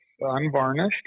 unvarnished